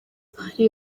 hari